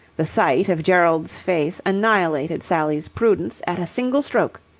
the sight of gerald's face annihilated sally's prudence at a single stroke.